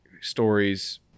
stories